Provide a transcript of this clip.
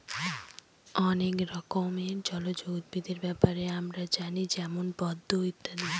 অনেক রকমের জলজ উদ্ভিদের ব্যাপারে আমরা জানি যেমন পদ্ম ইত্যাদি